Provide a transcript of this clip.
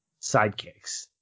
sidekicks